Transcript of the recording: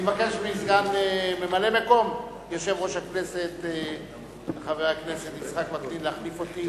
אני מבקש מממלא-מקום יושב-ראש הכנסת חבר הכנסת יצחק וקנין להחליף אותי.